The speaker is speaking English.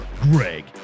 Greg